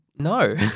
No